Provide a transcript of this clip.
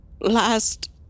last